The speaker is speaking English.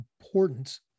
importance